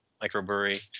microbrewery